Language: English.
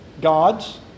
gods